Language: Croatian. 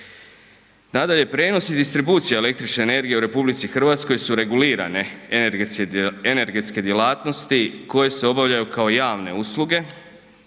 Nadalje, prijenos i distribucija električne energije u RH su regulirane energetske djelatnosti koje se obavljaju kao javne usluge.